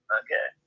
okay